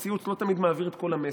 וציוץ לא תמיד מעביר את כל המסר.